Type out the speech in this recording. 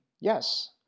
Yes